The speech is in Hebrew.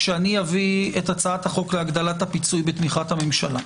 כשאביא את הצעת החוק להגדלת הפיצוי בתמיכת המשלה.